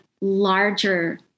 larger